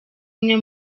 imwe